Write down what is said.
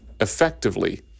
effectively